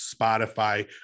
spotify